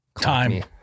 Time